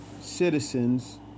citizens